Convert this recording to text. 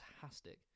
fantastic